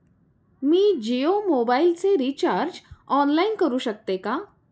मी जियो मोबाइलचे recharge online करू शकते का?